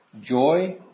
joy